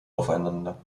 aufeinander